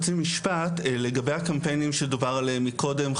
לגבי הקמפיינים שדובר עליהם קודם,